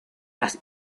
las